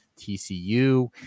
TCU